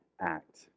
act